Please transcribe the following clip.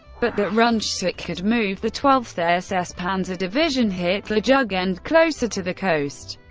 but that rundstedt could move the twelfth ss panzer division hitlerjugend closer to the coast,